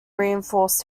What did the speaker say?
reinforced